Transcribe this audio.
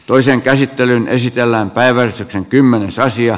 toisen käsittelyn esitellään päivää sitten kymmenysosia